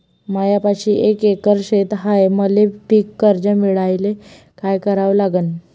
मायापाशी एक एकर शेत हाये, मले पीककर्ज मिळायले काय करावं लागन?